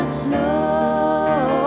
snow